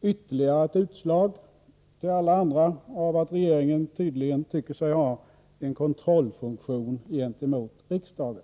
ytterligare ett utslag till alla andra av att regeringen tydligen tycker sig ha en kontrollfunktion gentemot riksdagen.